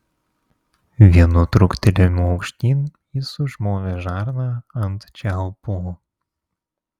vienu trūktelėjimu aukštyn jis užmovė žarną ant čiaupo